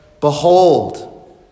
Behold